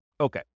Okay